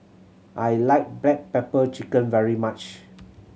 I like black pepper chicken very much